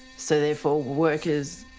so therefore workers.